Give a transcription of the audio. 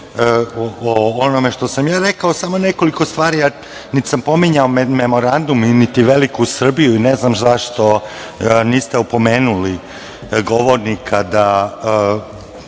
o onome što sam ja rekao. Samo nekoliko stvari, niti sam pominjao memorandum, niti veliku Srbiju i ne znam zašto niste opomenuli govornika da